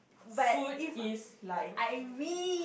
food is life